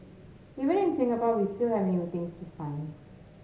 even in Singapore we still have new things to find